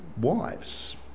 wives